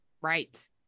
Right